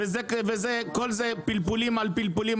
וכל זה פלפולים על פלפולים,